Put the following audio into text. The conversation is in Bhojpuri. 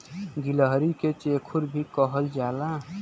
गिलहरी के चेखुर भी कहल जाला